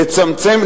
לצמצם,